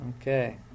Okay